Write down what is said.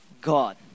God